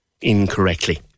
incorrectly